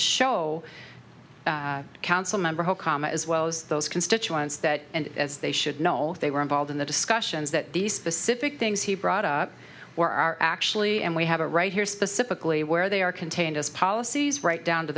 com as well as those constituents that and as they should know they were involved in the discussions that these specific things he brought up or are actually and we have a right here specifically where they are contained as policies right down to